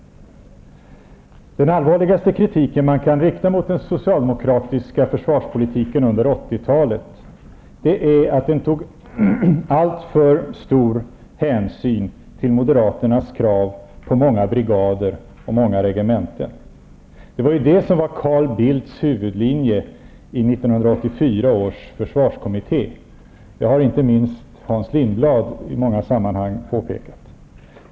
Den allvarligaste kritiken som man kan rikta mot den socialdemokratiska försvarspolitiken under 80 talet är att den tog alltför stor hänsyn till Moderaternas krav på många brigader och många regementen. Det var det som var Carl Bildts huvudlinje i 1984 års försvarskommitté. Det har inte minst Hans Lindblad i många sammanhang påpekat.